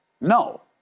no